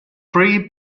three